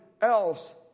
else